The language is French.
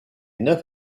neuf